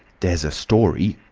there's a story,